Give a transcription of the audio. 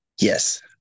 yes